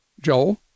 joel